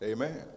Amen